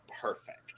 perfect